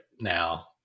now